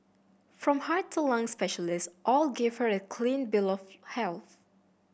from heart to lung specialists all gave her a clean bill of health